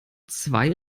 zwei